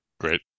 Great